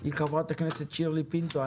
היא חברת הכנסת שירלי פינטו,